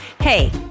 Hey